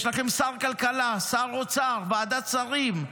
יש לכם שר כלכלה, שר אוצר, ועדת שרים.